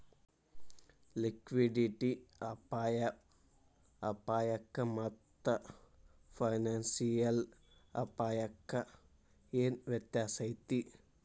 Liquidity ಅಪಾಯಕ್ಕಾಮಾತ್ತ financial ಅಪ್ಪಾಯಕ್ಕ ಏನ್ ವ್ಯತ್ಯಾಸೈತಿ?